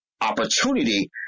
opportunity